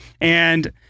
And-